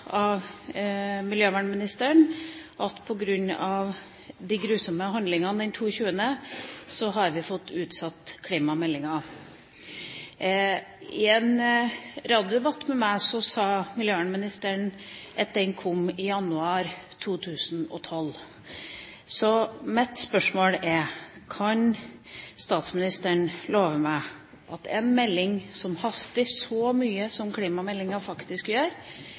av miljøvernministeren at på grunn av de grusomme handlingene den 22. juli har vi fått utsatt klimameldinga. I en radiodebatt med meg sa miljøvernministeren at den kommer i januar 2012. Mitt spørsmål er: Kan statsministeren love meg at en melding som haster så mye som klimameldinga faktisk gjør,